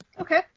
Okay